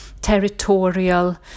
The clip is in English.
territorial